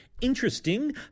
interesting